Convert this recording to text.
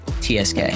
TSK